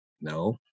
No